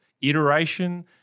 iteration